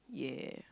yeah